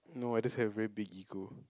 no I just have very big ego